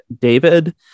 David